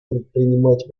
предпринимать